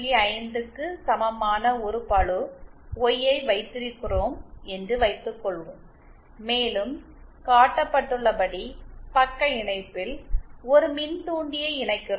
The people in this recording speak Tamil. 5 க்கு சமமான ஒரு பளு ஒய் ஐ வைத்திருக்கிறோம் என்று வைத்துக்கொள்வோம் மேலும் காட்டப்பட்டுள்ளபடி பக்க இணைப்பில் ஒரு மின்தூண்டியை இணைக்கிறோம்